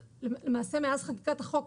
למעשה, מאז חקיקת החוק